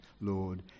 Lord